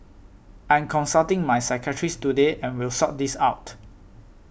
I'm consulting my psychiatrist today and will sort this out